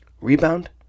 rebound